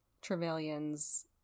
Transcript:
trevelyan's